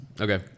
Okay